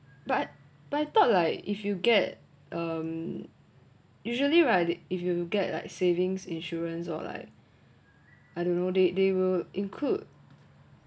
but but I thought like if you get um usually right if you get like savings insurance or like I don't know they they will include